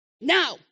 now